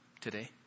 today